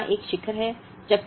जाहिर है कि यहां एक शिखर है